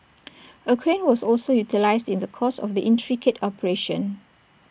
A crane was also utilised in the course of the intricate operation